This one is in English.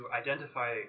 identify